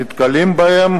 נתקלים בה,